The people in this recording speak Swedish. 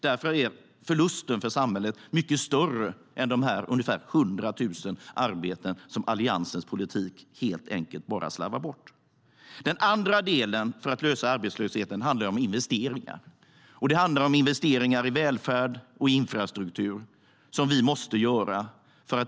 Därför är förlusten för samhället mycket större än de ungefär 100 000 arbeten som Alliansens politik helt enkelt bara slarvar bort. Den andra delen för att lösa arbetslösheten handlar om investeringar. Det handlar om investeringar i välfärd och infrastruktur som vi måste göra.